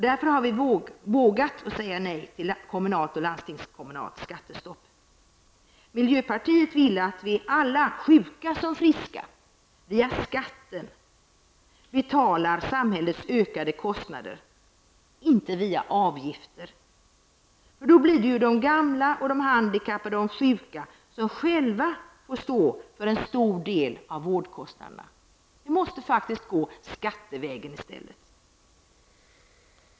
Därför har vi vågat säga nej till kommunalt och landstingskommunalt skattestopp. Miljöpartiet vill att vi alla, sjuka som friska, via skatten skall betala samhällets ökade kostnader, inte att det skall ske via avgifter, för då blir det de gamla, de handikappade och sjuka som själva får stå för en stor del av vårdkostnaderna. Vi måste faktiskt gå skattevägen i stället.